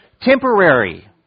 temporary